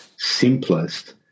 Simplest